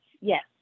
Yes